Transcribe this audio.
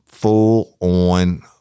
full-on